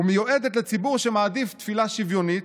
ומיועדת לציבור שמעדיף 'תפילה שוויונית',